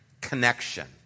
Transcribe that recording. connection